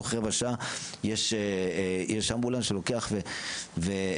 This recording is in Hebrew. תוך רבע שעה יש אמבולנס שלוקח ומשחרר.